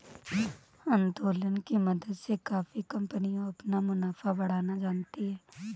उत्तोलन की मदद से काफी कंपनियां अपना मुनाफा बढ़ाना जानती हैं